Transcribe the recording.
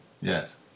Yes